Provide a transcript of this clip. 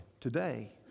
today